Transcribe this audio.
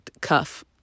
cuff